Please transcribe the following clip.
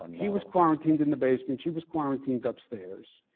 and he was quarantined in the basement, she was quarantined upstairs.